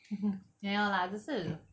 mmhmm 没有 lah 只是